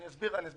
אני אסביר לאדוני.